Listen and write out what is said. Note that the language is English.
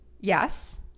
yes